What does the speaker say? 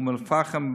אום-אלפחם,